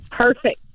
Perfect